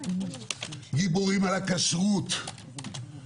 גיבורים על הכשרות,